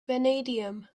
vanadium